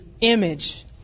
image